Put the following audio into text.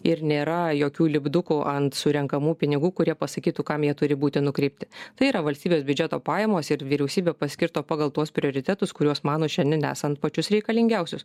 ir nėra jokių lipdukų ant surenkamų pinigų kurie pasakytų kam jie turi būti nukreipti tai yra valstybės biudžeto pajamos ir vyriausybė paskirsto pagal tuos prioritetus kuriuos mano šiandien esant pačius reikalingiausius